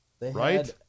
right